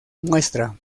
muestra